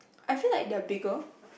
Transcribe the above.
I feel like they are bigger